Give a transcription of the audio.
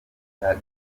bita